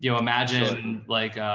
you know imagine like,